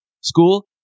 school